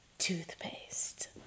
toothpaste